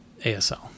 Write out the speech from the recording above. ASL